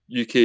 UK